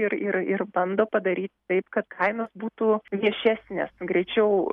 ir ir ir bando padaryt taip kad kainos būtų viešesnės greičiau